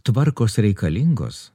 tvarkos reikalingos